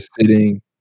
sitting